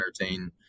entertain